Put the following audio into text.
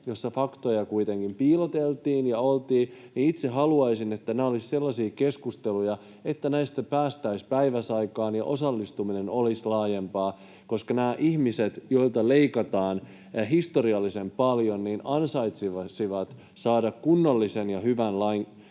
jossa faktoja kuitenkin piiloteltiin. Itse haluaisin, että nämä olisivat sellaisia keskusteluja, että näistä päästäisiin keskustelemaan päiväsaikaan ja osallistuminen olisi laajempaa, koska nämä ihmiset, joilta leikataan historiallisen paljon, ansaitsisivat saada kunnollisen ja hyvän